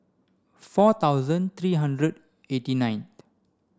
four thousand three hundred eighty nineth